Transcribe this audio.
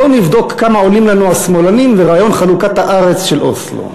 בואו נבדוק כמה עולים לנו השמאלנים ורעיון חלוקת הארץ של אוסלו.